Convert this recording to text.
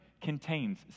contains